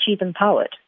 empowered